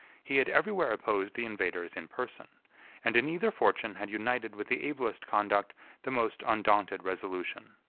he had everywhere opposed the invaders in person and in either fortune had united with the ablest conduct the most undaunted resolution.